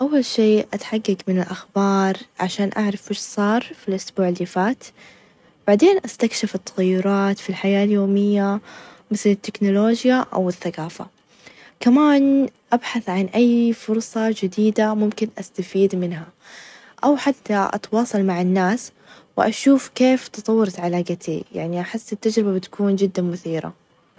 أول شي أتحقق من الأخبار عشان أعرف وش صار في الأسبوع اللي فات بعدين استكشف التغيرات في الحياة اليومية مثل: التكنولوجيا ، أو الثقافة، كمان أبحث عن أي فرصة جديدة ممكن استفيد منها، أو حتى أتواصل مع الناس ،وأشوف كيف تطورت علاقتي يعني أحس التجربة بتكون جدًا مثيرة.